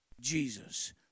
Jesus